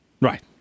Right